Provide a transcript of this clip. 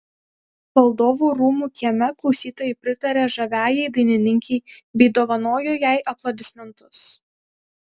valdovų rūmų kieme klausytojai pritarė žaviajai dainininkei bei dovanojo jai aplodismentus